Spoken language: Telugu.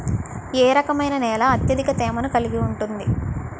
ఏ రకమైన నేల అత్యధిక తేమను కలిగి ఉంటుంది?